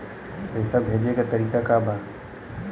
पैसा भेजे के तरीका का बा?